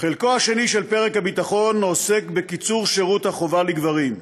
חלקו השני של פרק הביטחון עוסק בקיצור שירות החובה לגברים.